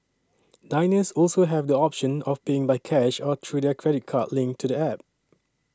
diners also have the option of paying by cash or through their credit card linked to the App